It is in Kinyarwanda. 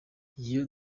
iyo